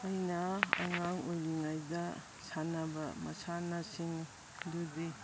ꯑꯩꯅ ꯑꯉꯥꯡ ꯑꯣꯏꯔꯤꯉꯩꯗ ꯁꯥꯟꯅꯕ ꯃꯁꯥꯟꯅꯁꯤꯡꯗꯨꯗꯤ